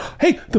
Hey